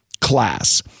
class